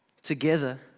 Together